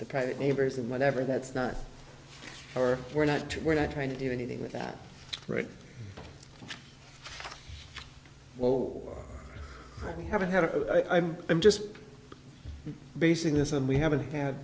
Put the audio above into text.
the private neighbors and whatever that's not or we're not to we're not trying to do anything with that right well we haven't had a i'm i'm just basing this on we haven't had